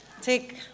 take